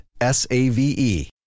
S-A-V-E